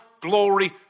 glory